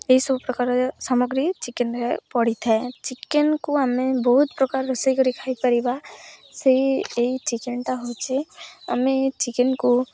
ଏଇସବୁ ପ୍ରକାର ସାମଗ୍ରୀ ଚିକେନ୍ରେ ପଡ଼ିିଥାଏ ଚିକେନ୍କୁ ଆମେ ବହୁତ ପ୍ରକାର ରୋଷେଇ କରି ଖାଇପାରିବା ସେଇ ଏଇ ଚିକେନ୍ଟା ହେଉଛି ଆମେ ଚିକେନ୍କୁ